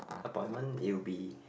appointment it will be